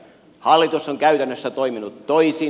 hallitus on käytännössä toiminut toisin